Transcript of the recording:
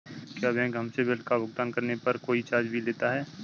क्या बैंक हमसे बिल का भुगतान करने पर कोई चार्ज भी लेता है?